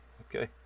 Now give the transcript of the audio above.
Okay